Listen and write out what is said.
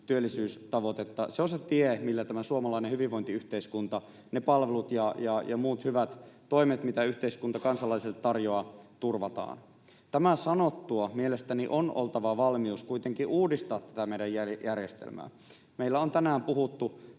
työllisyystavoitetta, ovat se tie, millä tämä suomalainen hyvinvointiyhteiskunta, palvelut ja muut hyvä toimet, mitä yhteiskunta kansalaisille tarjoaa, turvataan. Tämän sanottuani mielestäni on oltava valmius kuitenkin uudistaa tätä meidän järjestelmää. Meillä on tänään puhuttu